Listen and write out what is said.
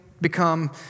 become